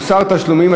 מוסר תשלומים),